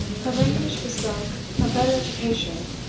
her language bespoke a better education,